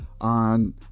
on